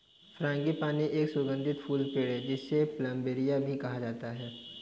frangipani एक सुगंधित फूल पेड़ है, जिसे प्लंबरिया भी कहा जाता है